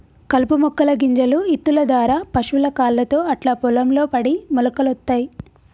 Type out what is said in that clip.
కలుపు మొక్కల గింజలు ఇత్తుల దారా పశువుల కాళ్లతో అట్లా పొలం లో పడి మొలకలొత్తయ్